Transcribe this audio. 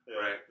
Right